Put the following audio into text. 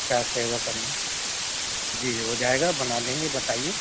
کیا سیوا کرنا ہے جی ہو جائے گا بنا دیں گے بتائیے